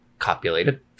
copulated